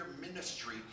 ministry